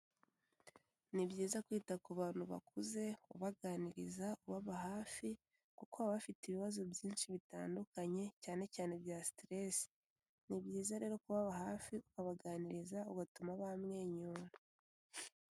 Ni byiza kwita ku bantu bakuze ubaganiriza ubaba hafi, kuko baba bafite ibibazo byinshi bitandukanye cyane cyane ibya stress. Ni byiza rero kubaba hafi ukabaganiriza ugatuma bamwenyura.